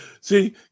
See